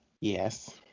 Yes